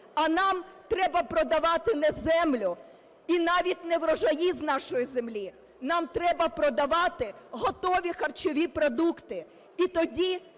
А нам треба продавати не землю і навіть не врожаї з нашої землі, нам треба продавати готові харчові продукти. І тоді